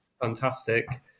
Fantastic